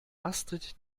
astrid